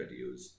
videos